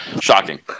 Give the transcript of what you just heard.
Shocking